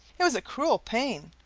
it was a cruel pain.